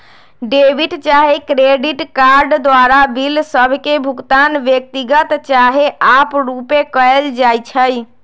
debit चाहे credit card द्वारा bill सभ के भुगतान व्यक्तिगत चाहे आपरुपे कएल जाइ छइ